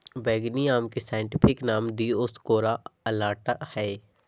बैंगनी आम के साइंटिफिक नाम दिओस्कोरेआ अलाटा हइ